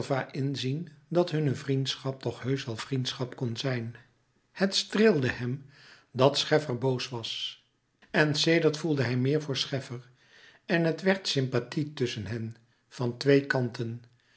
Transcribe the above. inzien dat hunne vriendschap toch heusch wel vriendschap kon zijn het streelde hem dat scheffer boos was en sedert voelde hij meer voor scheffer en het werd sympathie tusschen hen van twee kanten